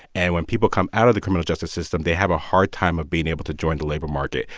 and when people come out of the criminal justice system, they have a hard time of being able to join the labor market.